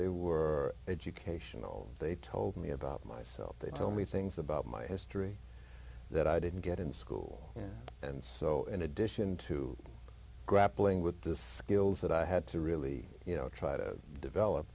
they were educational they told me about myself they tell me things about my history that i didn't get in school and so in addition to grappling with the skills that i had to really you know try to d